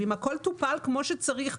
אם הכול טופל כמו שצריך,